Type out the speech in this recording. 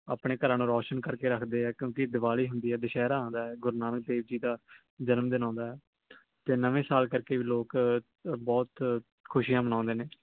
ਆਪਣੇ ਘਰਾਂ ਨੂੰ ਰੌਸ਼ਨ ਕਰਕੇ ਰੱਖਦੇ ਆ ਕਿਉਂਕਿ ਦਿਵਾਲੀ ਹੁੰਦੀ ਹੈ ਦੁਸਹਿਰਾ ਹੁੰਦਾ ਹੈ ਗੁਰੂ ਨਾਨਕ ਦੇਵ ਜੀ ਦਾ ਜਨਮ ਦਿਨ ਆਉਂਦਾ ਅਤੇ ਨਵੇਂ ਸਾਲ ਕਰਕੇ ਵੀ ਲੋਕ ਬਹੁਤ ਖੁਸ਼ੀਆਂ ਮਨਾਉਂਦੇ ਨੇ